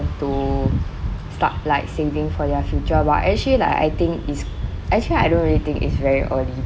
to start like saving for their future but actually like I think it's actually I don't really think it's very early